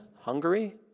Hungary